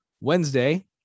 Wednesday